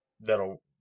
that'll